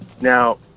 Now